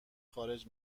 خارج